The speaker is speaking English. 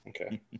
okay